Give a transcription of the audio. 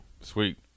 Sweet